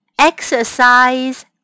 exercise